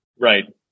right